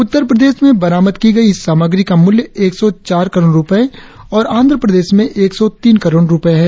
उत्तर प्रदेश में बरामद की गई इस सामग्री का मूल्य एक सौ चार करो ड़ रुपये और आंध्र प्रदेश में एक सौ तीन करोड़ रुपये है